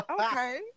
okay